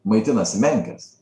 maitinasi menkės